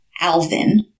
Alvin